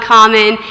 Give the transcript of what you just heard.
Common